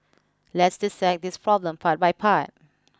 let's dissect this problem part by part